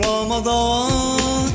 Ramadan